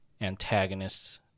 antagonists